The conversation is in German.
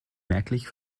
merklich